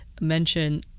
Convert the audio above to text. Mention